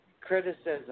criticism